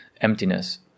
Emptiness